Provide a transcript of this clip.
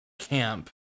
camp